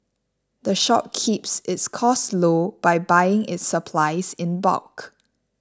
the shop keeps its costs low by buying its supplies in bulk